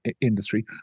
industry